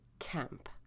camp